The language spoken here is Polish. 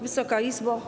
Wysoka Izbo!